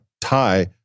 tie